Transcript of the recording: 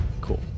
cool